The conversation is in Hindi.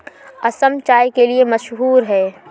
असम चाय के लिए मशहूर है